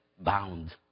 bound